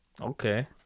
Okay